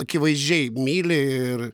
akivaizdžiai myli ir